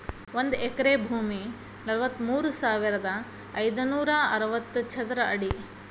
ಒಂದ ಎಕರೆ ಭೂಮಿ ನಲವತ್ಮೂರು ಸಾವಿರದ ಐದನೂರ ಅರವತ್ತ ಚದರ ಅಡಿ